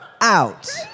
out